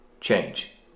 change